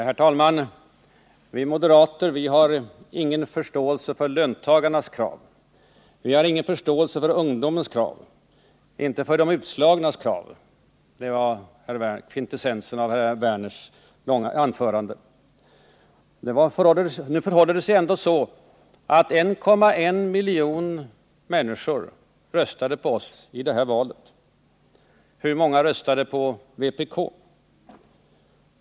Herr talman! Vi moderater har ingen förståelse för löntagarnas krav. Vi har ingen förståelse för ungdomarnas och de utslagnas krav. Det var innebörden i herr Werners anförande. Det förhåller sig emellertid så, att 1,1 miljoner människor röstade på moderata samlingspartiet i detta val. Hur många röstade på vpk?